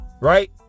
Right